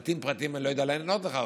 על בתים פרטיים אני לא יודע לענות לך.